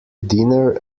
dinner